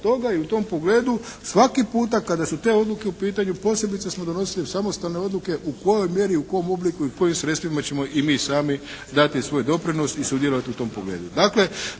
toga. I u tom pogledu svaki puta kada su te odluke u pitanju posebice smo donosili samostalne odluke u kojoj mjeri, u kom obliku i u kojim sredstvima ćemo i mi sami dati svoj doprinos i sudjelovati u tom pogledu.